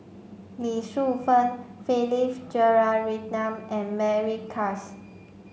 Lee Shu Fen Philip Jeyaretnam and Mary Klass